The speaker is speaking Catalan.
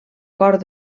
cort